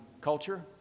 culture